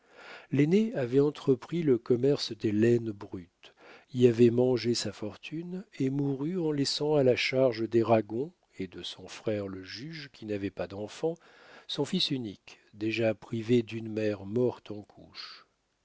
l'aîné avait entrepris le commerce des laines brutes y avait mangé sa fortune et mourut en laissant à la charge des ragon et de son frère le juge qui n'avait pas d'enfants son fils unique déjà privé d'une mère morte en couches